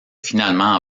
finalement